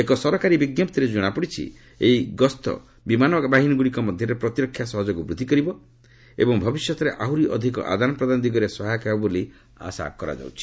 ଏକ ସରକାରୀ ବିଞ୍କପ୍ତିରେ ଜଣାପଡ଼ିଛି ଏହି ଗସ୍ତ ବିମାନ ବାହିନୀଗୁଡ଼ିକ ମଧ୍ୟରେ ପ୍ରତିରକ୍ଷା ସହଯୋଗ ବୃଦ୍ଧି କରିବ ଏବଂ ଭବିଷ୍ୟରେ ଆହୁରି ଅଧିକ ଆଦାନ ପ୍ରଦାନ ଦିଗରେ ସହାୟକ ହେବ ବୋଲି ଆଶା କରାଯାଉଛି